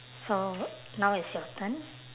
so now it's your turn